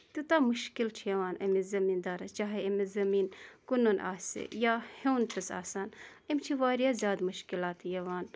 توٗتاہ مُشکِل چھُ یِوان أمِس زٔمیٖن دارَس چاہے أمِس زٔمیٖن کٕنُن آسہِ یا ہیٚون چھُس آسان أمِس چھِ واریاہ زیادٕ مُشکِلات یِوان